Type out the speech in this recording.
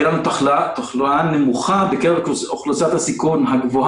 תהיה לנו תחלואה נמוכה בקרב אוכלוסיית הסיכון הגבוה